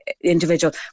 individual